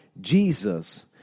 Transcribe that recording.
Jesus